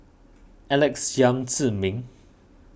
Alex Yam Ziming